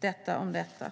Detta om detta.